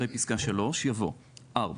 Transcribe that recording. אחרי פסקה (3) יבוא: "(4)